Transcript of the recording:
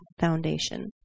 foundation